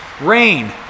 rain